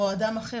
או אדם אחר,